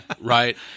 Right